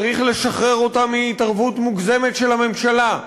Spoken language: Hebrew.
צריך לשחרר אותה מהתערבות מוגזמת של הממשלה,